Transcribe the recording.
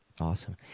Awesome